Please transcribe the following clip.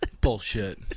Bullshit